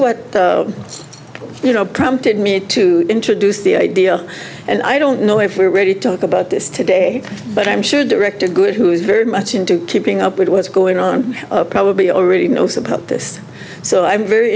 what you know prompted me to introduce the idea and i don't know if we're ready to talk about this today but i'm sure director good who is very much into keeping up with what's going on probably already knows about this so i'm very